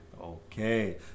Okay